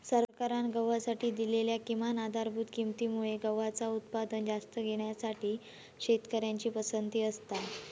सरकारान गव्हासाठी दिलेल्या किमान आधारभूत किंमती मुळे गव्हाचा उत्पादन जास्त घेण्यासाठी शेतकऱ्यांची पसंती असता